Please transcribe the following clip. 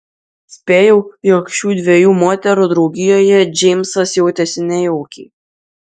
spėjau jog šių dviejų moterų draugijoje džeimsas jautėsi nejaukiai